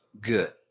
good